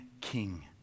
king